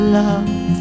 love